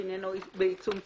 שעניינו בעיצום כספי,